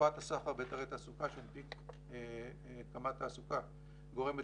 תופעת הסחר בהיתרי התעסוקה שהנפיק קמ"ט תעסוקה גורמת